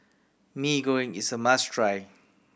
Mee Goreng is a must try